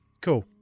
cool